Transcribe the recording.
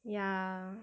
ya